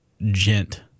Gent